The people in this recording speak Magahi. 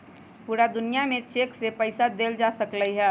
पूरा दुनिया में चेक से पईसा देल जा सकलई ह